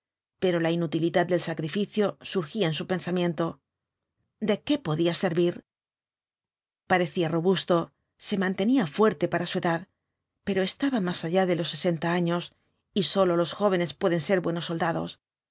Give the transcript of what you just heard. pero la inutilidad del sacrificio surgía en su pensamiento de qué podía servir parecía robusto se mantenía fuerte para su edad pero estaba más allá de los sesenta años y sólo los jóvenes pueden ser buenos soldados